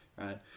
right